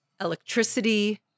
electricity